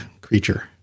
creature